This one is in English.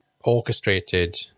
orchestrated